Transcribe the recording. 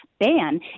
ban